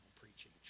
preaching